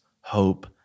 hope